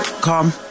Come